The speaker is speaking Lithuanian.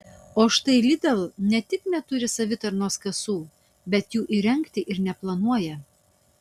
o štai lidl ne tik neturi savitarnos kasų bet jų įrengti ir neplanuoja